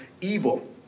evil